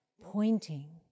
pointing